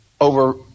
over